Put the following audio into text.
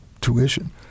tuition